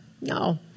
No